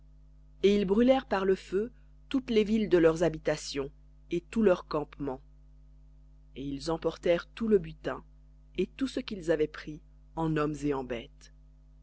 et ils brûlèrent par le feu toutes les villes de leurs habitations et tous leurs campements et ils emportèrent tout le butin et tout ce qu'ils avaient pris en hommes et en